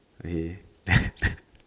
eh